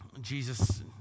Jesus